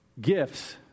gifts